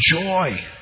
joy